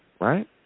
right